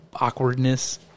awkwardness